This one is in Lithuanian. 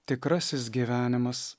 tikrasis gyvenimas